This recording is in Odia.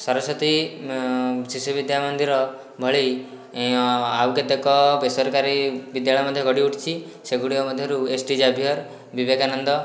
ସରସ୍ୱତୀ ଶିଶୁ ବିଦ୍ୟାମନ୍ଦିର ଭଳି ଆଉ କେତକ ବେସରକାରୀ ବିଦ୍ୟାଳୟ ମଧ୍ୟ ଗଢ଼ି ଉଠିଛି ସେଗୁଡ଼ିକ ମଧ୍ୟରୁ ଏସଟି ଜାଭିୟର୍ ବିବେକାନନ୍ଦ